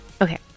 Okay